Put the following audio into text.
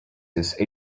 this